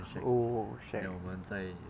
oh shag